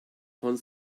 von